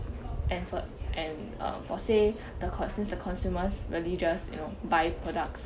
and for and uh for say the con~ since the consumers really just you know buy products